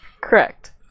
correct